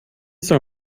soll